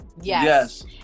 Yes